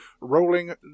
rolling